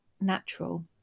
natural